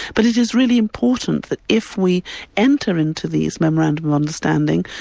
but it is really important that if we enter into these memorandum of understanding,